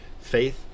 faith